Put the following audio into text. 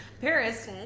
Paris